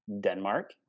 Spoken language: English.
Denmark